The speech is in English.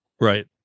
Right